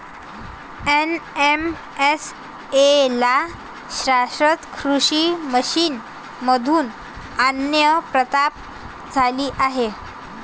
NMSA ला शाश्वत कृषी मिशन मधून आज्ञा प्राप्त झाली आहे